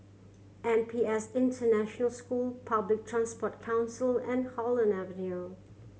N P S International School Public Transport Council and Holland Avenue